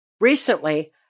Recently